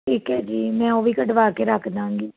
ਠੀਕ ਹੈ ਜੀ ਮੈਂ ਉਹ ਵੀ ਕਢਵਾ ਕੇ ਰੱਖ ਦਾਂਗੀ